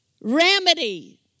Remedy